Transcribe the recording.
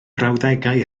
brawddegau